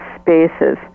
spaces